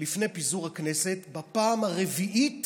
לפני פיזור הכנסת בפעם הרביעית